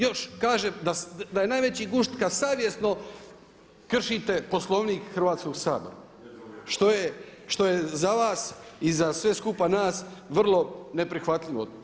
Još kaže da je najveći gušt kad savjesno kršite Poslovnik Hrvatskog sabora što je za vas i za sve skupa nas vrlo neprihvatljivo.